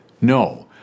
no